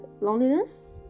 loneliness